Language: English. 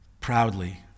proudly